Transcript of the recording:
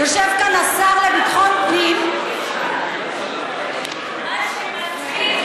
יושב כאן השר לביטחון פנים, מה שמצחיק